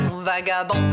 vagabond